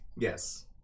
Yes